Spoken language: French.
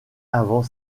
avant